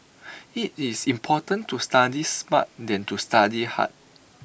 IT is more important to study smart than to study hard